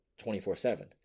24-7